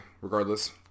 regardless